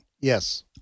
Yes